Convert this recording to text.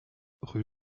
rue